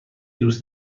دوست